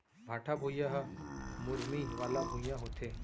भाठा भुइयां ह मुरमी वाला भुइयां होथे